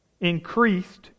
increased